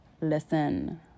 Listen